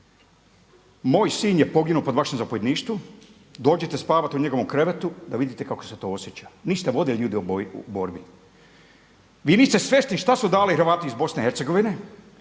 moj sin je poginuo pod vašim zapovjedništvom dođite spavati u njegovom krevetu da vidite kako se to osjeća. Niste vodili ljude u borbi. Vi niste svjesni šta su dali Hrvati iz BiH, ima